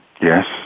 Yes